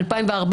ב-2014,